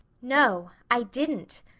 no, i didn't,